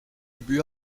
ubu